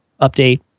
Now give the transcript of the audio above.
update